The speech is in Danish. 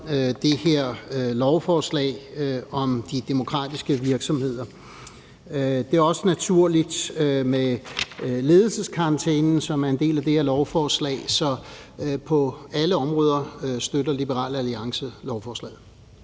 det her lovforslag om de demokratiske virksomheder. Det er også naturligt med ledelseskarantænen, som er en del af det her lovforslag. Så på alle områder støtter Liberal Alliance lovforslaget.